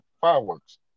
fireworks